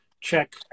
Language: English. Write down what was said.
check